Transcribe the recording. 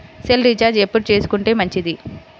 Cell recharge ఎప్పుడు చేసుకొంటే మంచిది?